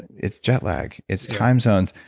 it's jet lag, it's time zones.